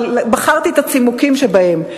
אבל בחרתי את הצימוקים שבהם.